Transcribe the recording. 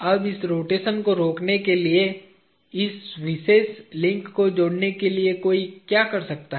अब इस रोटेशन को रोकने के लिए इस विशेष लिंक को जोड़ने के लिए कोई क्या कर सकता है